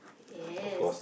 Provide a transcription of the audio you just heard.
yes